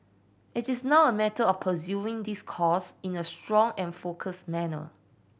it is now a matter of pursuing this course in a strong and focused manner